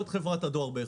לא את חברת הדואר.